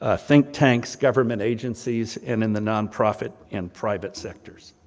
ah think-tanks, government agencies, and in the nonprofit, and private sectors.